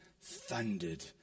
thundered